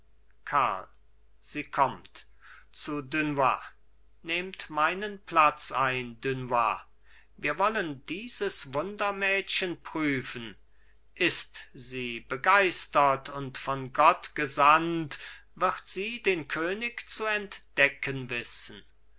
sie kommt zu dunois nehmt meinen platz ein dunois wir wollen dieses wundermädchen prüfen ist sie begeistert und von gott gesandt wird sie den könig zu entdecken wissen